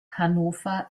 hannover